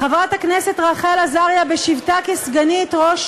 חברת הכנסת רחל עזריה בשבתה כסגנית ראש